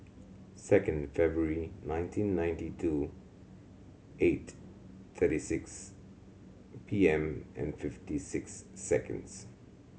second February nineteen ninety two eight thirty six P M and fifty six seconds